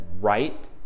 right